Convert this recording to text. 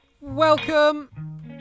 Welcome